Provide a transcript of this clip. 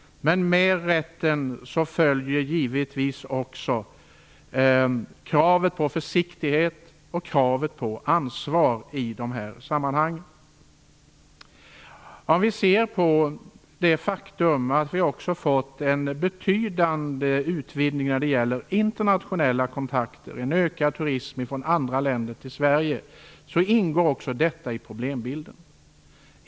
Men med rätten följer givetvis också krav på försiktighet och ansvar. Vi har fått en betydande utvidgning av de internationella kontakterna och en ökad turism från andra länder till Sverige. Detta ingår också i problembilden.